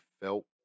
felt